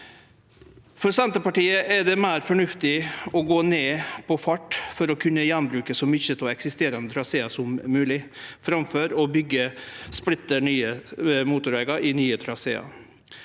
For Senterpartiet er det meir fornuftig å gå ned på fart for å kunne gjenbruke så mykje av eksisterande trasear som mogleg, framfor å byggje splitter nye motorvegar i nye trasear.